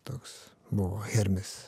toks buvo hermis